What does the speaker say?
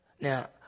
Now